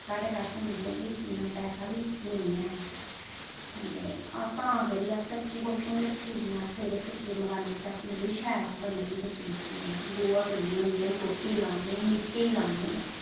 साढ़े कश मतलब कि इन्ना पैसा बी नेईं ऐ ते तां करियै असें कच्ची कोठियां बी रक्खी दियां असें ते कच्चे मकानै च मतलब कि अस ओह् शैल करने होन्ने आं मतलब कि कच्ची कोठियें च अस गोहा दिन्ने होन्ने मित्ती लान्ने गोत्ती लान्ने